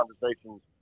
conversations